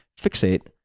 fixate